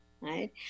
Right